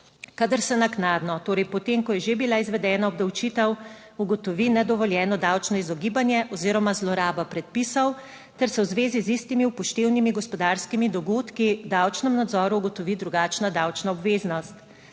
kadar se naknadno, torej po tem, ko je že bila izvedena obdavčitev, ugotovi nedovoljeno davčno izogibanje oziroma zloraba predpisov ter se v zvezi z istimi upoštevnimi gospodarskimi dogodki davčnem nadzoru ugotovi drugačna davčna obveznost.